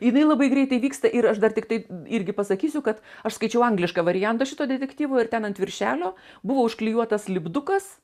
jinai labai greitai vyksta ir aš dar tiktai irgi pasakysiu kad aš skaičiau anglišką variantą šito detektyvo ir ten ant viršelio buvo užklijuotas lipdukas